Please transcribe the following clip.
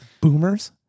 Boomers